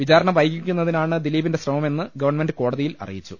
വിചാരണ വൈകിക്കുന്നതിനാണ് ദിലീപിന്റെ ശ്രമമെന്ന് ഗവൺമെന്റ് കോടതിയിൽ അറിയിച്ചു